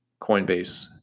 Coinbase